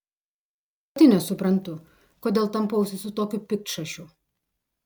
pati nesuprantu kodėl tampausi su tokiu piktšašiu